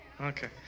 Okay